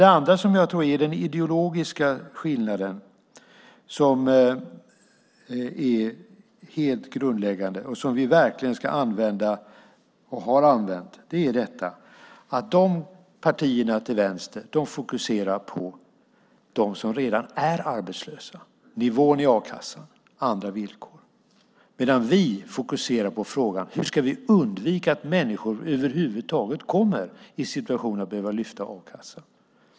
Den helt grundläggande ideologiska skillnaden, som vi har använt och ska använda, är att partierna till vänster fokuserar på dem som redan är arbetslösa, nivån på a-kassan och andra villkor medan vi fokuserar på frågan hur vi ska undvika att människor över huvud taget kommer i situation att behöva lyfta a-kassa.